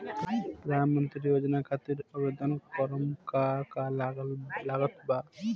प्रधानमंत्री योजना खातिर आवेदन करम का का लागत बा?